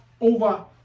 over